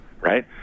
right